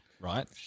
right